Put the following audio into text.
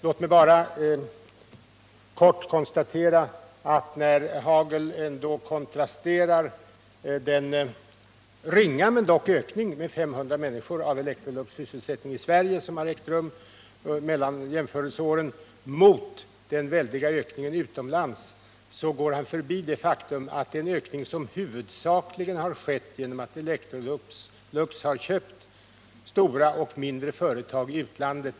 Låt mig bara kort konstatera att när Rolf Hagel kontrasterar den ringa men dock ökning med 500 människor av Electrolux sysselsättning i Sverige som ägt rum under jämförelseperioden mot den väldiga ökningen utomlands, så går han förbi det faktum att det är en ökning som huvudsakligen har skett genom att Electrolux har köpt större och mindre företag i utlandet.